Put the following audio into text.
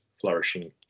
flourishing